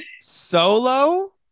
Solo